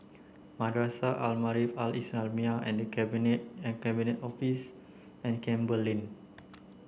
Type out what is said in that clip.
Madrasah Al Maarif Al Islamiah The Cabinet and Cabinet Office and Campbell Lane